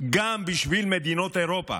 גם בשביל מדינות אירופה,